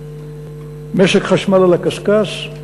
משק חשמל על הקשקש,